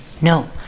no